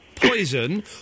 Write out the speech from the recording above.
Poison